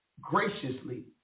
graciously